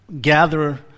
gather